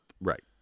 Right